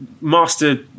master